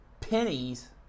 pennies